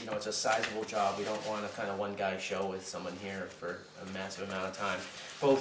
you know it's a sizable job you don't want to cut one guy show with someone here for a massive amount of time both